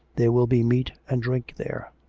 there will be meat and drink there.